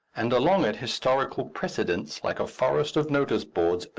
and along it historical precedents, like a forest of notice-boards,